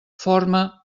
forma